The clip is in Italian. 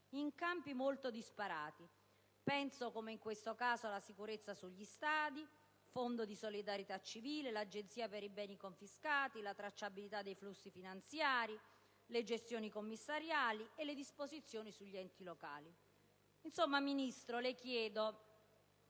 in campi molto disparati. Penso - come in questo caso - alla sicurezza negli stadi, al Fondo di solidarietà civile, all'Agenzia per i beni confiscati, alla tracciabilità dei flussi finanziari, alle gestioni commissariali e alle disposizioni sugli enti locali. Insomma, signor Ministro, le chiedo